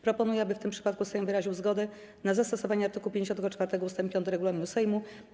Proponuję, aby w tym przypadku Sejm wyraził zgodę na zastosowanie art. 54 ust. 5 regulaminu Sejmu.